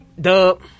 Dub